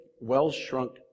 well-shrunk